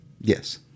Yes